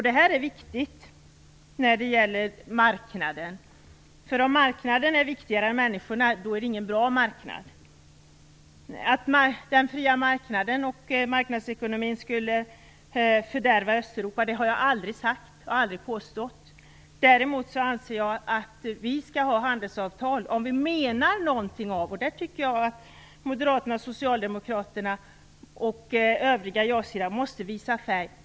Detta är viktigt när det gäller marknaden. Om marknaden är viktigare än människorna är det inte någon bra marknad. Att den fria marknaden och marknadsekonomin skulle fördärva Östeuropa har jag aldrig sagt och aldrig påstått. Däremot anser jag att vi skall ha handelsavtal om vi menar någonting med detta. Där måste Moderaterna, Socialdemokraterna och övriga ja-sidan visa färg.